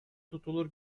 tutulur